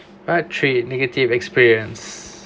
part three negative experience